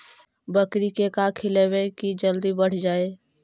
बकरी के का खिलैबै कि जल्दी बढ़ जाए?